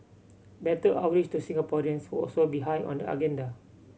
better outreach to Singaporeans would also be high on the agenda